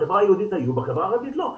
בחברה היהודית היו, בחברה הערבית לא.